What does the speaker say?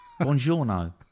Buongiorno